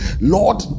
Lord